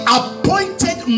appointed